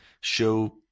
Show